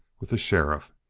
with the sheriff.